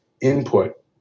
input